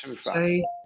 Say